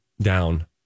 down